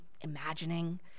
imagining